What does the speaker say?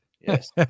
Yes